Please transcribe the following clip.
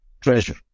treasure